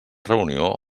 reunió